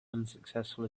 unsuccessful